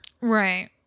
Right